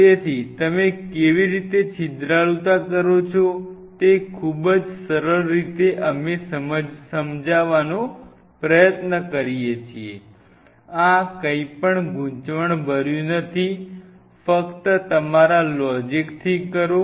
તેથી તમે કેવી રીતે છિદ્રાળુતા કરો છો તે ખૂબ જ સરળ રીતે અમે સમજવાનો પ્રયત્ન કરીએ છીએ આ કંઈપણ ગુંચવણભર્યું નથી ફક્ત તમારા લોજીકથી કરો